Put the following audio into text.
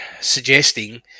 suggesting